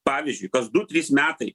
pavyzdžiui kas du trys metai